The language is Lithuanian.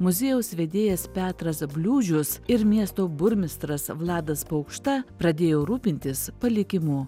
muziejaus vedėjas petras bliūdžius ir miesto burmistras vladas paukšta pradėjo rūpintis palikimu